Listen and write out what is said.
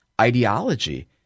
ideology